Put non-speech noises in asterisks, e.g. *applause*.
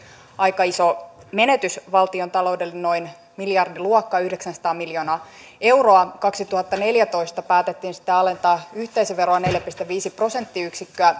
aika iso menetys valtiontaloudelle noin miljardin luokkaa yhdeksänsataa miljoonaa euroa kaksituhattaneljätoista päätettiin sitten alentaa yhteisöveroa neljä pilkku viisi prosenttiyksikköä *unintelligible*